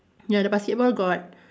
near the basketball got